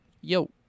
yo